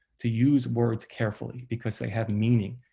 to use words carefully because they have meaning,